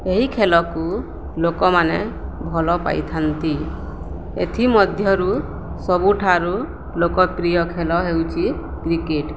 ଏହି ଖେଳକୁ ଲୋକମାନେ ଭଲ ପାଇଥାନ୍ତି ଏଥିମଧ୍ୟରୁ ସବୁଠାରୁ ଲୋକପ୍ରିୟ ଖେଳ ହେଉଛି କ୍ରିକେଟ୍